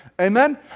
Amen